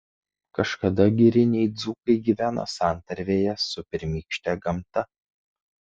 kažkada giriniai dzūkai gyveno santarvėje su pirmykšte gamta